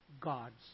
God's